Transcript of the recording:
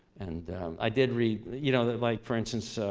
and i did read, you know, like for instance,